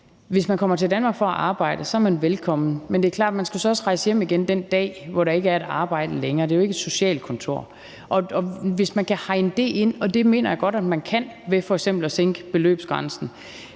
hvis man kommer til Danmark for at arbejde, er man velkommen, men det er klart, at man så også skal rejse hjem igen den dag, hvor der ikke er et arbejde længere – det er jo ikke et socialkontor – hvis man kan hegne det ind, og det mener jeg godt man kan, f.eks. ved at sænke beløbsgrænsen.